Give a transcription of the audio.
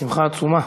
בשמחה עצומה.